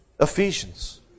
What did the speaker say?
Ephesians